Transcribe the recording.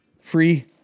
Free